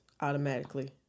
automatically